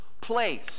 place